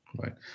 right